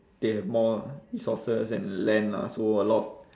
they have more resources and land lah so a lot of